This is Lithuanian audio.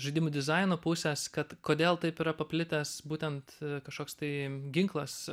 žaidimų dizaino pusės kad kodėl taip yra paplitęs būtent kažkoks tai ginklas